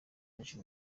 benshi